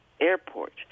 airport